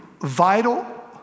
vital